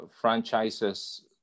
franchise's